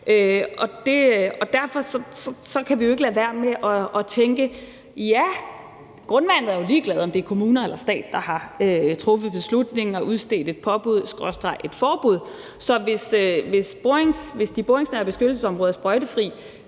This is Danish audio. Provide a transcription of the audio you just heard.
Derfor kan vi jo ikke lade være med at tænke: Ja, grundvandet er jo ligeglad med, om det er kommuner eller stat, der har truffet beslutningen og udstedt et påbud skråstreg et forbud, så hvis de boringsnære beskyttelsesområder af sprøjtefri